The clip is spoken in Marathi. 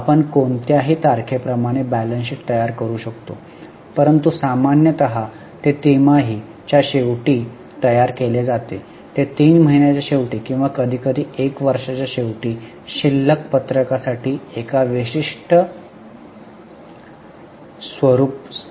आपण कोणत्याही तारखेप्रमाणे बॅलन्स शीट तयार करू शकतो परंतु सामान्यत ते तिमाही च्या शेवटी तयार केले जाते 3 महिन्यांच्या शेवटी किंवा कधीकधी 1 वर्षाच्या शेवटी शिल्लक पत्रकासाठी एक विशिष्ट स्वरूप आहे